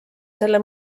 selle